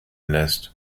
lässt